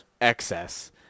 excess